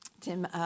Tim